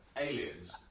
aliens